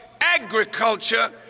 agriculture